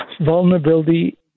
vulnerability